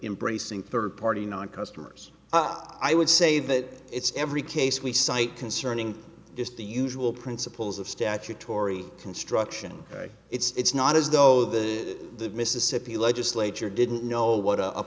embracing third party non customers i would say that it's every case we cite concerning just the usual principles of statutory construction it's not as though the mississippi legislature didn't know what a